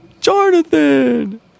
Jonathan